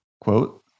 quote